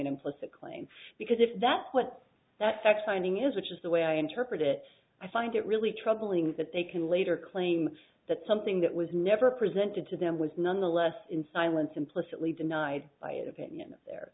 an implicit claim because if that's what that such finding is which is the way i interpret it i find it really troubling that they can later claim that something that was never presented to them was nonetheless in silence implicitly denied my opinion there